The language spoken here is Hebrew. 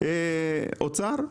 משרד האוצר,